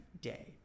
day